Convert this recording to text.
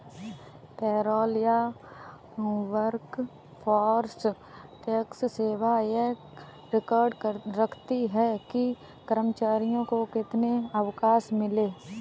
payroll या workforce tax सेवा यह रिकॉर्ड रखती है कि कर्मचारियों को कितने अवकाश मिले